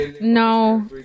No